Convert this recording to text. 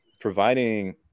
providing